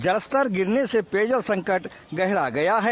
जलस्तर गिरने से पेयजल संकट गहरा गया है